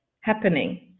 happening